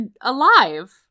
alive